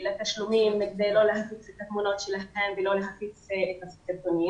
תשלומים כדי לא להפיץ את התמונות שלהן ולא להפיץ את הסרטונים.